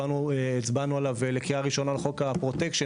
הצבענו עליו לקריאה ראשונה לחוק הפרוטקשן,